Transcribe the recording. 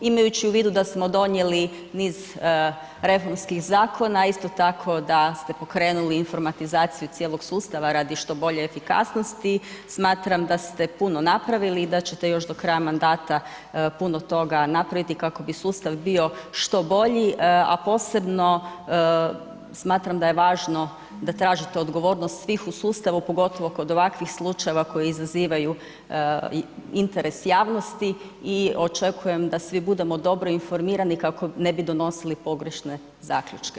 Imajući u vidu da smo donijeli niz reformskih zakona, a isto tako da ste pokrenuli informatizaciju cijelog sustava radi što bolje efikasnosti, smatram da ste puno napravili i da ćete još do kraja mandata puno toga napraviti kako bi sustav bio što bolji, a posebno smatram da je važno da tražite odgovornost svih u sustavu pogotovo kod ovakvih slučajeva koji izazivaju interes javnosti i očekujem da svi budemo dobro informirani kako ne bi donosili pogrešne zaključke.